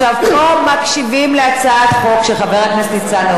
מקשיבים להצעת חוק של חבר הכנסת ניצן הורוביץ.